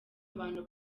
abantu